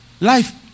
life